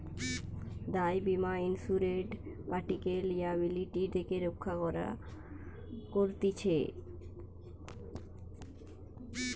দায় বীমা ইন্সুরেড পার্টিকে লিয়াবিলিটি থেকে রক্ষা করতিছে